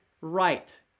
right